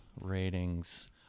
Ratings